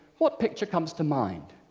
what picture comes to mind?